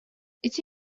ити